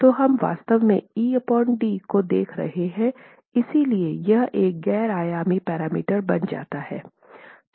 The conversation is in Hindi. तो हम वास्तव में ed को देख रहे हैं इसलिए यह एक गैर आयामी पैरामीटर बन जाता है